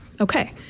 Okay